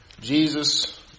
Jesus